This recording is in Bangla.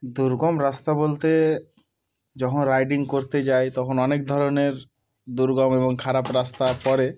দুর্গম রাস্তা বলতে যখন রাইডিং করতে যাই তখন অনেক ধরনের দুর্গম এবং খারাপ রাস্তা পড়ে